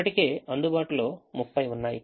ఇప్పటికే అందుబాటులో 30 ఉన్నాయి